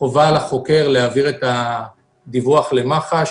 חובה על החוקר להעביר את הדיווח למח"ש,